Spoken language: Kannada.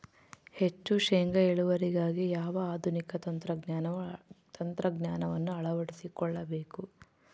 ಹೆಚ್ಚು ಶೇಂಗಾ ಇಳುವರಿಗಾಗಿ ಯಾವ ಆಧುನಿಕ ತಂತ್ರಜ್ಞಾನವನ್ನು ಅಳವಡಿಸಿಕೊಳ್ಳಬೇಕು?